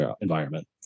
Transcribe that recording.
environment